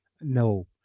no